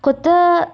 క్రొత్త